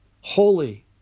holy